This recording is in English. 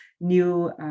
new